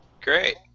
Great